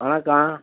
வணக்கம்